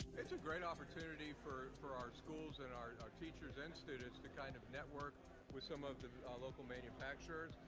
it's a great opportunity for for our schools and our our teachers and students to kind of network with some of the local manufacturers.